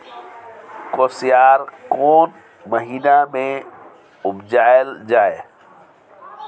कोसयार कोन महिना मे उपजायल जाय?